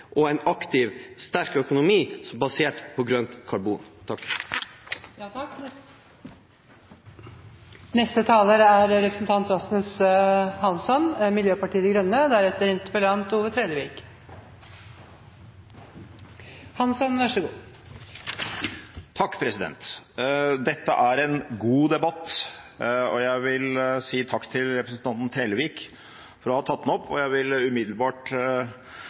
og en aktiv sterk økonomi basert på grønt karbon. Dette er en god debatt. Jeg vil si takk til representanten Trellevik for å ha tatt den opp, og jeg vil umiddelbart også slutte meg til jubelkoret over at regjeringen har varslet en bioøkonomistrategi. Dette er viktig. Det er faktisk den viktigste næringspolitiske debatten vi skal ha